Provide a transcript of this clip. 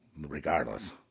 regardless